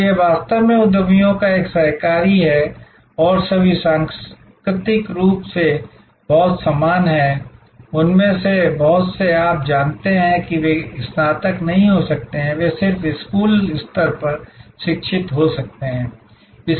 तो यह वास्तव में उद्यमियों का एक सहकारी है और सभी सांस्कृतिक रूप से बहुत समान हैं उनमें से बहुत से आप जानते हैं कि वे स्नातक नहीं हो सकते हैं वे सिर्फ स्कूल स्तर पर शिक्षित हो सकते हैं